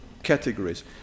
categories